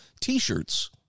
T-shirts